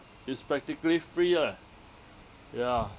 it's practically free ah ya